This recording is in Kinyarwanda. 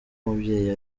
umubyeyi